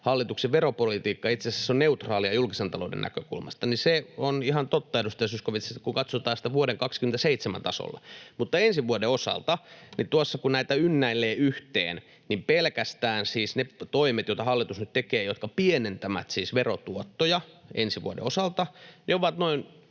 hallituksen veropolitiikka itse asiassa on neutraalia julkisen talouden näkökulmasta, niin se on ihan totta, edustaja Zyskowicz, kun katsotaan sitä vuoden 27 tasolla. Mutta ensi vuoden osalta, tuossa kun näitä ynnäilee yhteen, pelkästään siis ne toimet, joita hallitus nyt tekee ja jotka pienentävät siis verotuottoja ensi vuoden osalta, ovat yli